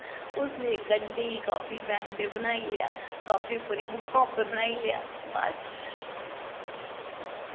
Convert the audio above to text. उसलै कड्ढी copy pen ते बनाई लेआ कापी उप्पर ही बुक्कां उप्पर ही बनाई लेआ बस